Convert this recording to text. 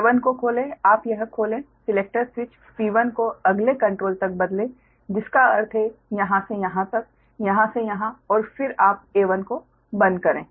A1 को खोलें आप यह खोले सिलेक्टर स्विच P1 को अगले कंट्रोल तक बदले जिसका अर्थ है यहां से यहां तक यहां से यहां और फिर आप A1 को बंद करें